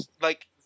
like-